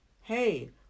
Hey